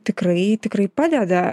tikrai tikrai padeda